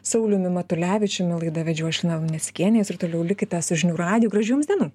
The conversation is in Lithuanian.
sauliumi matulevičiumi laidą vedžiau aš lina luneckienė jūs ir toliau likite su žinių radiju gražių jums dienų